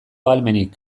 ahalmenik